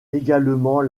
également